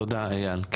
תודה, אייל.